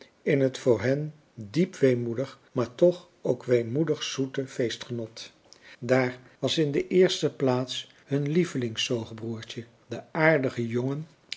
in het voor hen diep weemoedig maar toch ook weemoedig zoete feestgenot daar was in de eerste plaats hun lievelings zoogbroertje de aardige jongen